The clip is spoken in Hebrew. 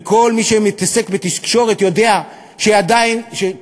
וכל מי שמתעסק בתקשורת יודע שכשפוליטיקאים